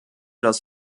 das